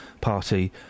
Party